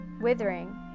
withering